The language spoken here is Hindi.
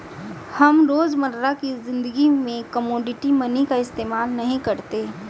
हम रोजमर्रा की ज़िंदगी में कोमोडिटी मनी का इस्तेमाल नहीं करते